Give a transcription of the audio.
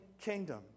kingdom